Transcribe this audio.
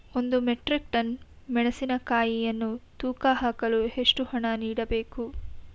ಒಂದು metric tonne ಮೆಣಸಿನಕಾಯಿಯನ್ನು ತೂಕ ಹಾಕಲು ಎಷ್ಟು ಹಣ ನೀಡಬೇಕು?